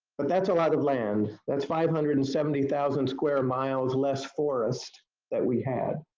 but that's a lot of land. that's five hundred and seventy thousand square miles less forest that we have.